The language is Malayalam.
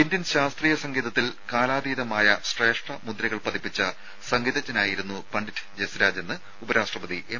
ഇന്ത്യൻ ശാസ്ത്രീയ സംഗീതത്തിൽ കാലാതീതമായ ശ്രേഷ്ഠ മുദ്രകൾ പതിപ്പിച്ച സംഗീതജ്ഞനായിരുന്നു പണ്ഡിറ്റ് ജസ്രാജെന്ന് ഉപരാഷ്ട്രപതി എം